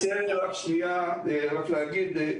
אני רוצה רק שנייה רק להגיד,